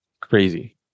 crazy